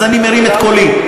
אז אני מרים את קולי.